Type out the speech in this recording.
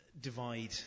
divide